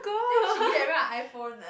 that means she give everyone an iPhone ah